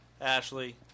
Ashley